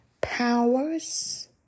powers